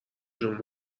جون